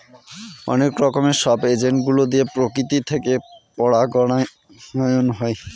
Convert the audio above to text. অনেক রকমের সব এজেন্ট গুলো দিয়ে প্রকৃতি থেকে পরাগায়ন হয়